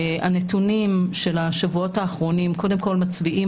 הנתונים של השבועות האחרונים קודם כל מצביעים